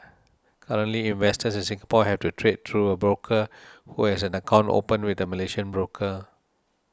currently investors in Singapore have to trade through a broker who has an account opened with a Malaysian broker